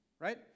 right